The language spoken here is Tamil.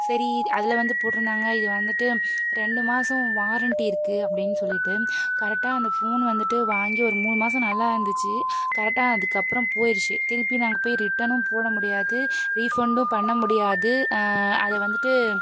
சரி அதில் வந்து போட்டிருந்தாங்க இது வந்துட்டு ரெண்டு மாதம் வாரண்டி இருக்குது அப்படின்னு சொல்லிவிட்டு கரெக்டாக அந்த ஃபோன் வந்துட்டு வாங்கி ஒரு மூணு மாதம் நல்லா இருந்துச்சு கரெக்டாக அதுக்கப்புறம் போயிருச்சு திரும்பி நாங்கள் போய்ட்டு ரிட்டனும் போட முடியாது ரீஃபண்டும் பண்ண முடியாது அதை வந்துட்டு